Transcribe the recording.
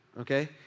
okay